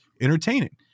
entertaining